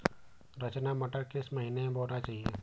रचना मटर किस महीना में बोना चाहिए?